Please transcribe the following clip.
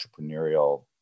entrepreneurial